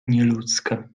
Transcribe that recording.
nieludzka